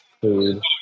food